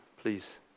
please